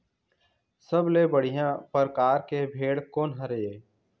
सबले बढ़िया परकार के भेड़ कोन हर ये?